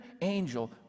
angel